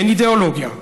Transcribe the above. אין אידיאולוגיה.